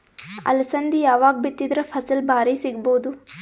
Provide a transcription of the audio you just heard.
ಅಲಸಂದಿ ಯಾವಾಗ ಬಿತ್ತಿದರ ಫಸಲ ಭಾರಿ ಸಿಗಭೂದು?